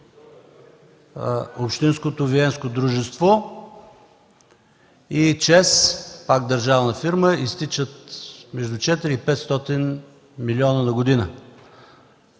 общинското Виенско дружество, и ЧЕЗ – пак държавна фирма, изтичат между 400 и 500 милиона на година.